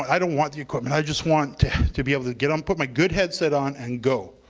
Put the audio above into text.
i don't want the equipment, i just want to be able to get on, put my good headset on and go.